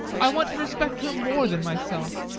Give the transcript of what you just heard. i want to respect her more than myself.